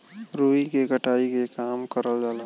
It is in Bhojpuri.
रुई के कटाई के काम करल जाला